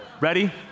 Ready